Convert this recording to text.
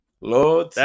lord